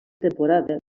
temporada